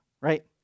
right